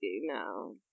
no